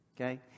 Okay